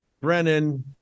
Brennan